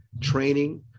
training